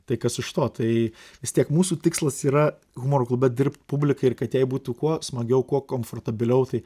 tai kas iš to tai vis tiek mūsų tikslas yra humoro klube dirbt publikai ir kad jai būtų kuo smagiau kuo komfortabiliau tai